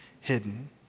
hidden